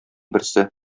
берсе